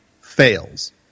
fails